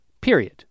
period